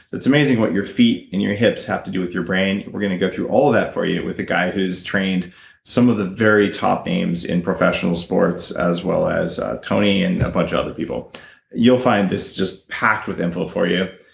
it's amazing what your feet and your hips have to do with your brain. we're going to go through all that for you with a guy who's trained some of the very top names in professional sports, as well as tony and a bunch of other people you'll find this just packed with info for you.